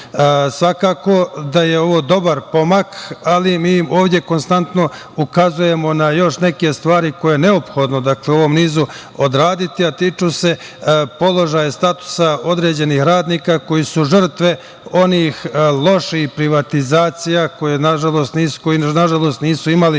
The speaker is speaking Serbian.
život. Svakako da je ovo dobar pomak, ali mi ovde konstantno ukazujemo na još neke stvari koje je neophodno u ovom nizu odraditi, a tiču se položaja statusa određenih radnika koji su žrtve onih loših privatizacija koje nažalost nisu imali